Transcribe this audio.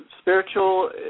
spiritual